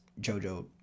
Jojo